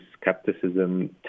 skepticism